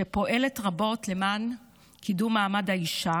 שפועלת רבות למען קידום מעמד האישה,